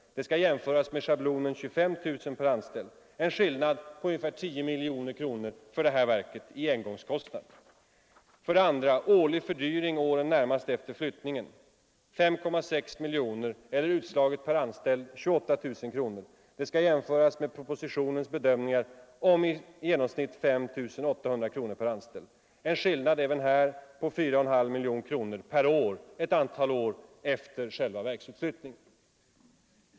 Det skall jämföras med schablonen 25 000 per anställd i förra årets proposition — en skillnad på sammanlagt ungefär 10 miljoner kronor för det här verket i engångskostnader. 2. Årlig fördyring åren närmast efter flyttningen: 5,6 miljoner eller utslaget per anställd 28 000 kronor. Det skall jämföras med propositionens bedömningar som gick ut på i genomsnitt 5 800 kronor per anställd — en skillnad på nära 4,5 miljoner kronor per år under ett antal år efter själva verksutflyttningen.